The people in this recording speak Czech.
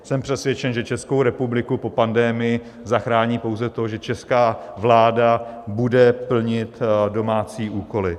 Jsem přesvědčen, že Českou republiku po pandemii zachrání pouze to, že česká vláda bude plnit domácí úkoly.